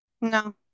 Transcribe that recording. No